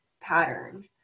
pattern